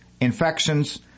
infections